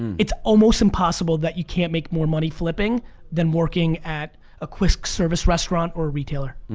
it's almost impossible that you can't make more money flipping than working at a quick service restaurant or a retailer.